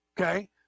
okay